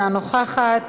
אינה נוכחת,